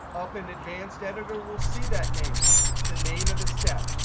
up in advanced editor, we'll see that name. it's the name of the step.